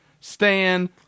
Stan